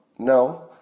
No